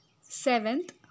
Seventh